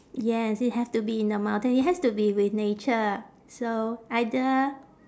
yes it has to be in the mountain it has to be with nature so either